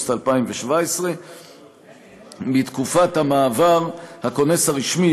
באוגוסט 2017. בתקופת המעבר הכונס הרשמי